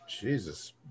Jesus